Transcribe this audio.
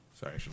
Sorry